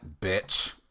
bitch